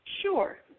Sure